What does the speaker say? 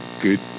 good